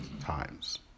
times